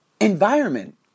environment